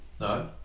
No